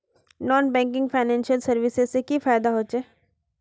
Non banking financial services से की फायदा होचे?